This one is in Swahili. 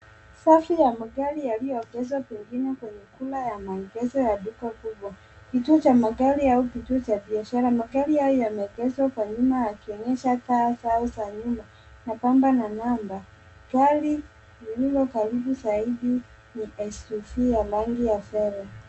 Safu ya magari yaliyoegezwa pengine kwenye kuna ya maegezo ya duka kubwa. Kituo cha magari au kituo cha biashara. Magari haya yameegezwa kwa nyuma yakionyesha taa zao za nyuma, mapambo na namba. Gari lililo karibu zaidi ni SUV ya rangi ya fedha.